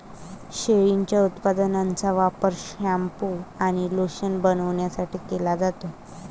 शेळीच्या उपउत्पादनांचा वापर शॅम्पू आणि लोशन बनवण्यासाठी केला जातो